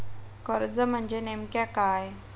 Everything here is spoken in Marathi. कर्ज म्हणजे नेमक्या काय?